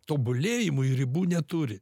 tobulėjimui ribų neturi